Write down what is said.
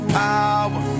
power